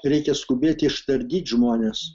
reikia skubėti išardyt žmones